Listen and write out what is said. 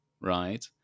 right